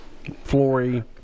Flory